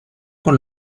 con